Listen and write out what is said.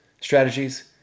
strategies